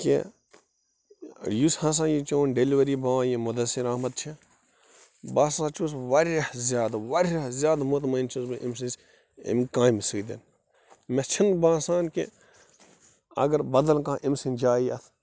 کہِ یُس ہسا یہِ چوٗن ڈیٚلِؤری باے یہِ مُدثِر احمد چھُ بہٕ ہسا چھُس وارِیاہ زیادٕ وارِیاہ زیادٕ مُتمعیٖن چھُس بہٕ أمۍ سٕنٛدِس امہِ کامہِ سۭتۍ مےٚ چھُ نہٕ باسان کہِ اگر بدل کانٛہہ امہِ سٕنٛدِ جایہِ اتھ